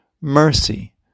mercy